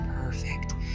Perfect